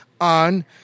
on